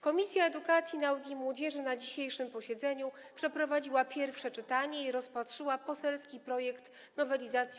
Komisja Edukacji, Nauki i Młodzieży na dzisiejszym posiedzeniu przeprowadziła pierwsze czytanie i rozpatrzyła poselski projekt nowelizacji